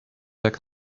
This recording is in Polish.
jak